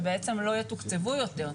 ובעצם לא יתוקצבו יותר.